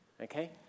Okay